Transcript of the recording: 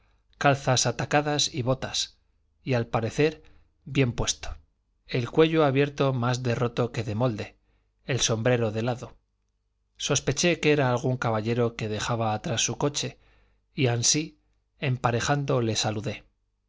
calzas atacadas y botas y al parecer bien puesto el cuello abierto más de roto que de molde el sombrero de lado sospeché que era algún caballero que dejaba atrás su coche y ansí emparejando le saludé